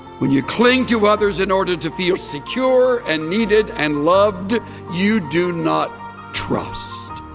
when you cling to others in order to feel secure and needed and loved you do not trust